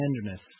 tenderness